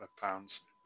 pounds